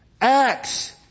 Acts